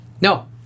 No